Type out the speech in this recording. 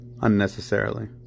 Unnecessarily